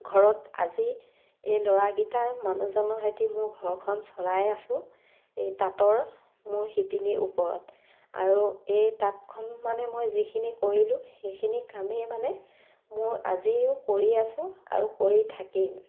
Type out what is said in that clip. ঘৰত আজি এই ল'ৰাকেইটাৰ মানুহজনৰ সৈতে মোৰ ঘৰখন চলাইয়ে আছোঁ এই তাঁতৰ মোৰ শিপিনীৰ ওপৰত আৰু এই তাঁতখন মানে মই যিখিনি কৰিলোঁ সেইখিনি কামেই মানে মোৰ আজিও কৰি আছোঁ আৰু কৰি থাকিম